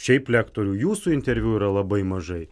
šiaip lektorių jūsų interviu yra labai mažai